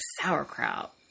sauerkraut